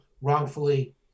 wrongfully